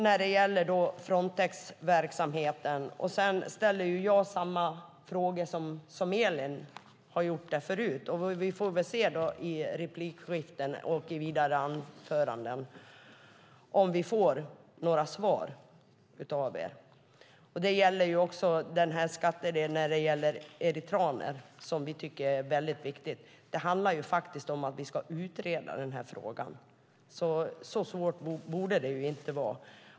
När det gäller Frontexverksamheten ställer jag samma frågor som Elin gjort förut, och vi får höra i replikskiften och kommande anföranden om vi får några svar av er. Det gäller också frågan om Eritreas indrivning av skatter som vi tycker är väldigt viktig. Det handlar faktiskt om att vi ska utreda den här frågan. Så svårt borde det inte vara.